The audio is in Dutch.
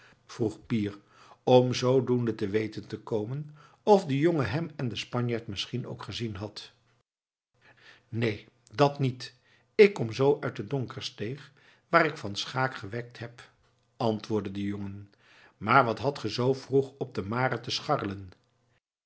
vroeg pier om zoodoende te weten te komen of de jongen hem en den spanjaard misschien ook gezien had neen dat niet ik kom zoo uit de donkersteeg waar ik van schaeck gewekt heb antwoordde de jongen maar wat hadt ge zoo vroeg op de mare te scharrelen